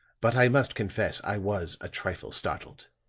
but i must confess i was a trifle startled.